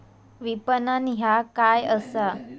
विपणन ह्या काय असा?